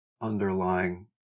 underlying